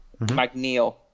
McNeil